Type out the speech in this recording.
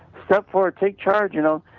step forward, take charge you know.